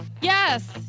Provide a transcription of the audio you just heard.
Yes